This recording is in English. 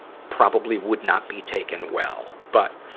probably would not be taken well. but,